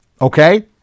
Okay